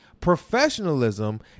Professionalism